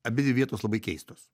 abidvi vietos labai keistos